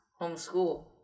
homeschool